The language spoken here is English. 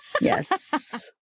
Yes